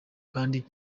kandi